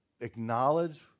acknowledge